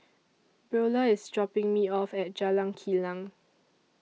Brielle IS dropping Me off At Jalan Kilang